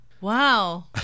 Wow